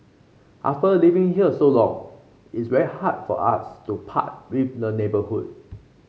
after living here so long it's very hard for us to part with the neighbourhood